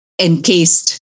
encased